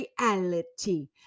reality